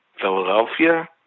Philadelphia